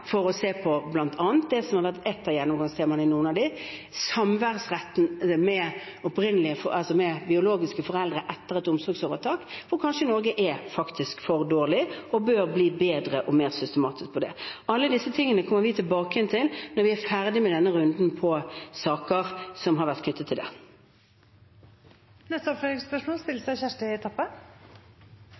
for å se på bl.a. det som har vært et av gjennomgangstemaene i noen av dem: samværsretten med biologiske foreldre etter en omsorgsovertakelse. Kanskje Norge faktisk er for dårlig og bør bli bedre og mer systematisk på dette området. Alle disse tingene kommer vi tilbake til når vi er ferdige med denne runden av saker som har vært knyttet til det. Kjersti Toppe – til oppfølgingsspørsmål.